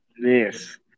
yes